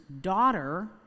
daughter